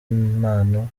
mpano